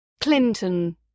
Clinton